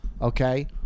okay